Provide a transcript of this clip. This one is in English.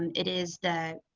and it is the